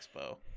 Expo